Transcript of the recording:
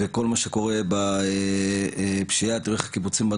אני חושב שהעתיד שמה הוא לא ורוד אלא אם כן נכנס ונטפל בסוגיה הזאת.